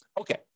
Okay